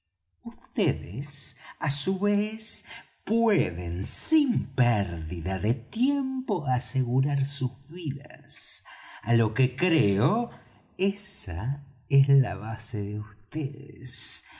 vds á su vez pueden sin pérdida de tiempo asegurar sus vidas á lo que creo esa es la base de